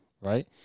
Right